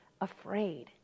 afraid